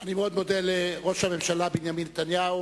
אני מאוד מודה לראש הממשלה בנימין נתניהו